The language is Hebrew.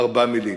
ארבע מילים,